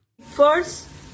First